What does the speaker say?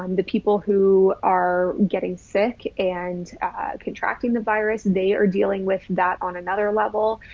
um the people who are getting sick and contracting the virus, they are dealing with that on another level.